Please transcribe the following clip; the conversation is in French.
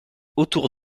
autour